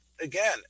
again